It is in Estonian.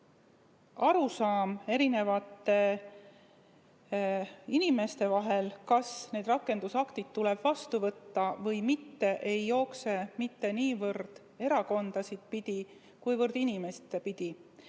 Tundub, et see arusaam, kas need rakendusaktid tuleb vastu võtta või mitte, ei jookse mitte niivõrd erakondasid pidi, kuivõrd inimesi pidi,